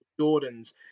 Jordans